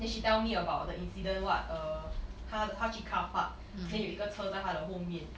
then she tell me about the incident what uh 她她去 car park then 有一个车在她的后面